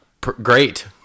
Great